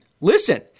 listen